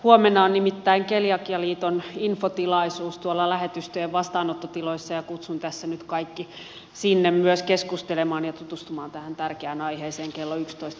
huomenna on nimittäin keliakialiiton infotilaisuus tuolla lähetystöjen vastaanottotiloissa ja kutsun tässä nyt kaikki sinne myös keskustelemaan ja tutustumaan tähän tärkeään aiheeseen kello yksitoista